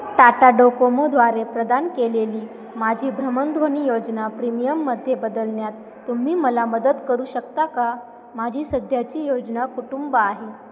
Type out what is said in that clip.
टाटा डोकोमोद्वारे प्रदान केलेली माझी भ्रमणध्वनी योजना प्रीमियममध्ये बदलण्यात तुम्ही मला मदत करू शकता का माझी सध्याची योजना कुटुंब आहे